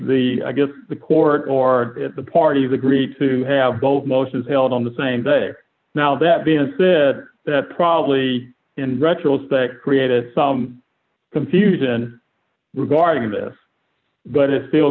the i guess the court or the parties agree to have both most is held on the same day now that been said that probably in retrospect created some confusion regarding this but it still